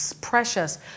precious